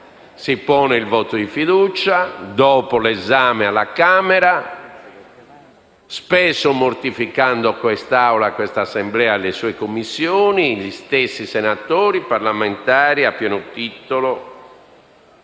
si pone il voto di fiducia dopo l'esame alla Camera, spesso mortificando quest'Aula e quest'Assemblea, le sue Commissioni e gli stessi senatori, parlamentari a pieno titolo